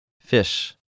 Fish